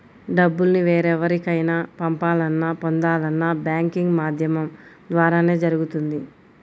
డబ్బుల్ని వేరెవరికైనా పంపాలన్నా, పొందాలన్నా బ్యాంకింగ్ మాధ్యమం ద్వారానే జరుగుతుంది